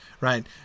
right